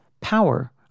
power